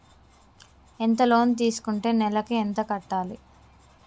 ఎంత లోన్ తీసుకుంటే నెలకు ఎంత కట్టాలి?